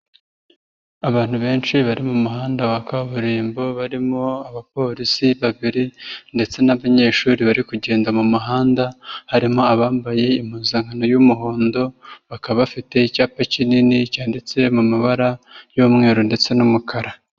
Abantu benshi bari mu muhanda wa kaburimbo, barimo abapolisi babiri ndetse n'abanyeshuri bari kugenda mu muhanda, harimo abambaye impuzankano y'umuhondo, bakaba bafite icyapa kinini cyanditse mu mabara y'umweru ndetse n'umukara.